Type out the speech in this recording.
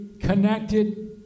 connected